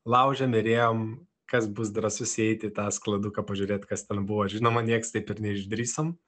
laužėm ir ėjom kas bus drąsus įeiti į tą skladuką pažiūrėt kas ten buvo žinoma nieks taip ir neišdrįsom